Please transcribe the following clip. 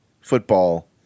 football